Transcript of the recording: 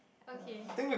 okay